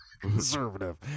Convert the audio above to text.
conservative